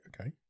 Okay